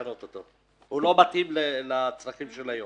הוא לא מתאים לצרכים של היום.